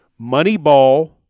Moneyball